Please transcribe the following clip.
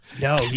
No